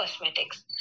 cosmetics